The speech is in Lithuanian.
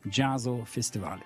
džiazo festivalį